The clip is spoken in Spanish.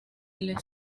les